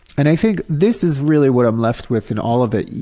and i think this is really what i'm left with in all of it,